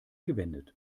gewendet